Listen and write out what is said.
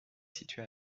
située